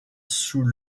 sous